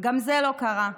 גם זה לא קרה.